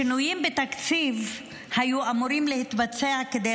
שינויים בתקציב היו אמורים להתבצע כדי